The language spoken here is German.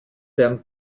lernt